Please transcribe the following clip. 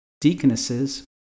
Deaconesses